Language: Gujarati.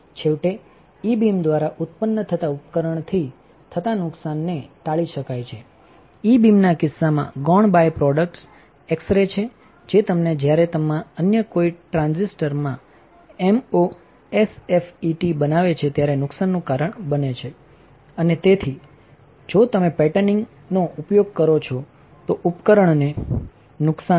છેવટે ઇ બીમ દ્વારા ઉત્પન્ન થતા ઉપકરણથી થતા નુકસાનને ટાળી શકાય છેઇ બીમના કિસ્સામાં ગૌણ બાયપ્રોડક્ટ્સ એક્ષ રે છે જે તમને જ્યારે અન્ય કોઈ ટ્રાંઝિસ્ટરમાં એમઓએસએફઇટી બનાવે છે ત્યારે નુકસાનનું કારણ બને છે અને તેથી જજો તમે પેટર્નિંગનો ઉપયોગ કરો છો તોઉપકરણને નુકસાનથશે